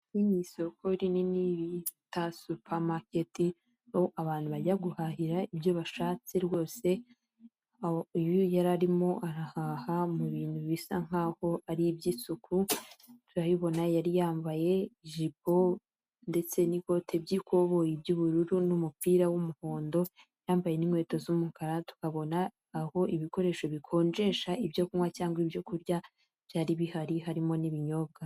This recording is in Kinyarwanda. Ni isoko rinini bita supa maketi abantu bajya guhahira ibyo bashatse rwose, uyu yari arimo arahaha mu bintu bisa nk'aho ari iby'isuku, turabibona yari yambaye ijipo ndetse n'ikote ry'ikoboyi y'ubururu, n'umupira w'umuhondo, yambaye n'inkweto z'umukara, tukabona aho ibikoresho bikonjesha ibyo kunywa cyangwa ibyo kurya byari bihari harimo n'ibinyobwa.